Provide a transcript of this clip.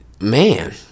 man